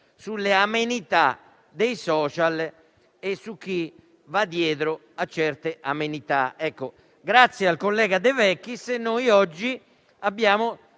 Grazie al collega De Vecchis